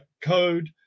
code